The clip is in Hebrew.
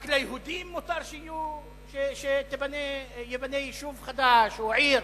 רק ליהודים מותר שייבנו יישוב חדש או עיר?